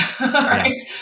right